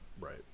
Right